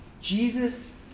Jesus